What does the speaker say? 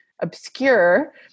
obscure